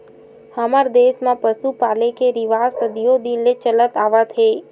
हमर देस म पसु पाले के रिवाज सदियो दिन ले चलत आवत हे